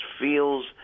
feels